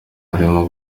harimo